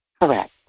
Correct